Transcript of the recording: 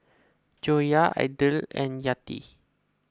Joyah Aidil and Yati